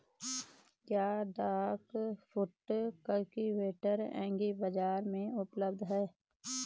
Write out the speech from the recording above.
क्या duck foot cultivator agri बाज़ार में उपलब्ध है?